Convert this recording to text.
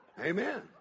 Amen